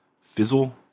fizzle